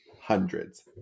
hundreds